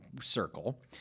circle –